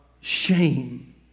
shame